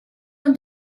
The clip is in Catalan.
amb